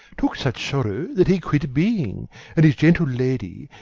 took such sorrow that he quit being and his gentle lady,